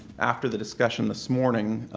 after the discussion this morning,